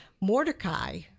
Mordecai